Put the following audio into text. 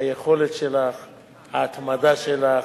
היכולת שלך, ההתמדה שלך.